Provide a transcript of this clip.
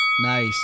Nice